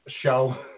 show